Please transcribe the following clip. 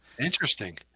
interesting